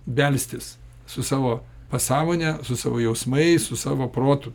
belstis su savo pasąmone su savo jausmais su savo protu